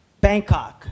Bangkok